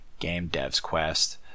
gamedevsquest